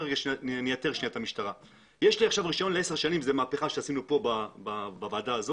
לי עכשיו רישיון לעשר שנים זאת מהפכה שעשינו בוועדה האת